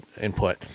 input